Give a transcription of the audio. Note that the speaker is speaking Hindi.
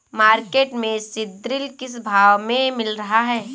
मार्केट में सीद्रिल किस भाव में मिल रहा है?